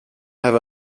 have